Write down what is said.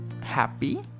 happy